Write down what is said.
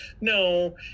no